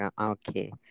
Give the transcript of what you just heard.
okay